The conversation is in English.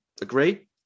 Agree